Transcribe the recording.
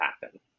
happen